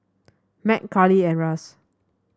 Mack Karli and Russ